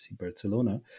Barcelona